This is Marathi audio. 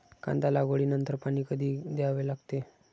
कांदा लागवडी नंतर पाणी कधी द्यावे लागते?